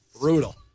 brutal